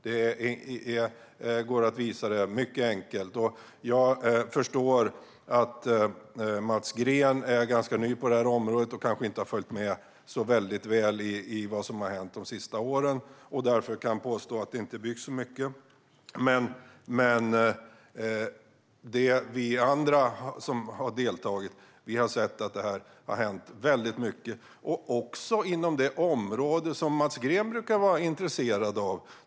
Det går att visa mycket enkelt. Jag förstår att Mats Green är ganska ny på området och kanske inte har följt med så väl i vad som har hänt de senaste åren. Därför kan han påstå att det inte byggs så mycket. Men vi andra, som har deltagit, har sett att det har hänt mycket, också inom det område som Mats Green brukar vara intresserad av.